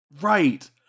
Right